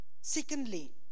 Secondly